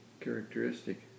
characteristic